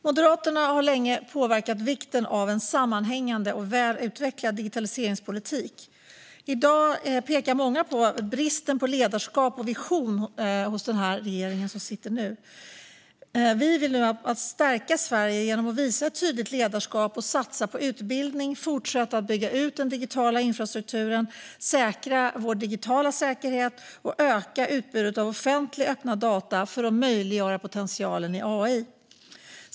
Moderaterna har länge påpekat vikten av en sammanhängande och väl utvecklad digitaliseringspolitik. I dag pekar många på bristen på ledarskap och vision hos den regering som sitter nu. Vi vill stärka Sverige genom att visa ett tydligt ledarskap och satsa på utbildning, fortsätta bygga ut den digitala infrastrukturen, säkra vår digitala säkerhet och öka utbudet av offentliga öppna data för att möjliggöra potentialen i AI.